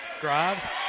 drives